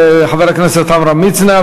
חבר הכנסת עמרם מצנע,